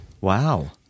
Wow